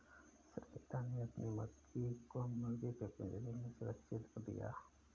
श्वेता ने अपनी मुर्गी को मुर्गी के पिंजरे में सुरक्षित रख दिया